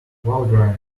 valgrind